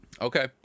Okay